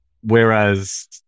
Whereas